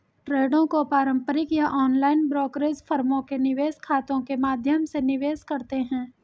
ट्रेडों को पारंपरिक या ऑनलाइन ब्रोकरेज फर्मों के निवेश खातों के माध्यम से निवेश करते है